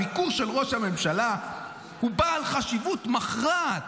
הביקור של ראש הממשלה הוא בעל חשיבות מכרעת,